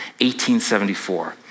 1874